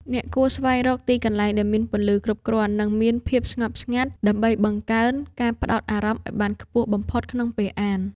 អ្នកគួរស្វែងរកទីកន្លែងដែលមានពន្លឺគ្រប់គ្រាន់ និងមានភាពស្ងប់ស្ងាត់ ដើម្បីបង្កើនការផ្ដោតអារម្មណ៍ឱ្យបានខ្ពស់បំផុតក្នុងពេលអាន។